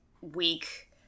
week